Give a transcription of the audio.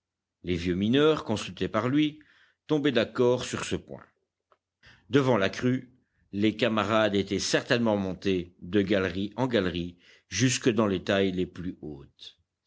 les vieux mineurs consultés par lui tombaient d'accord sur ce point devant la crue les camarades étaient certainement montés de galerie en galerie jusque dans les tailles les plus hautes